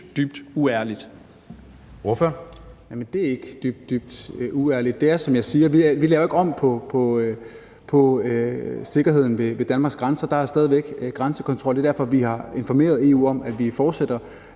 det er ikke dybt, dybt uærligt. Det er, som jeg siger – vi laver ikke om på sikkerheden ved Danmarks grænser. Der er stadig væk grænsekontrol. Det er derfor, vi har informeret EU om, at vi fortsætter